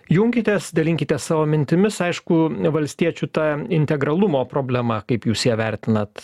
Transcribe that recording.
junkitės dalinkitės savo mintimis aišku valstiečių ta integralumo problema kaip jūs ją vertinat